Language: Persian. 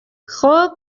خوب